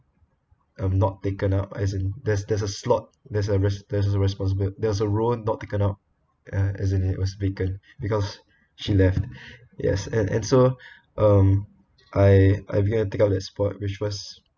um not taken up as in there's there's a slot there's a res~ there's responsible there's a role not taken up ya as and it was vacant because she left yes and and so um I I began to take up that spot which was